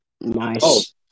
Nice